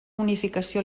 unificació